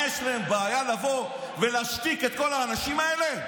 מה, יש להם בעיה לבוא ולהשתיק את כל האנשים האלה?